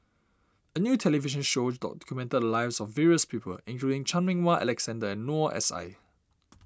a new television show documented the lives of various people including Chan Meng Wah Alexander and Noor S I